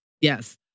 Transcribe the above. Yes